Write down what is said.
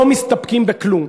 לא מסתפקים בכלום.